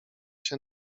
się